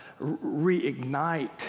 reignite